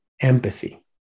empathy